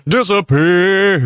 Disappear